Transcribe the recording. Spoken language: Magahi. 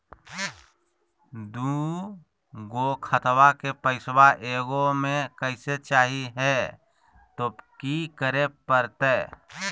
दू गो खतवा के पैसवा ए गो मे करे चाही हय तो कि करे परते?